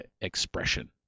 expression